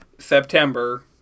September